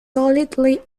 solidly